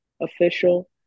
official